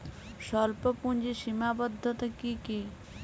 স্বল্পপুঁজির সীমাবদ্ধতা কী কী?